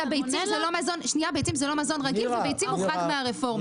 ביצים זה לא מזון רגיל, וביצים הוחרגו מהרפורמה.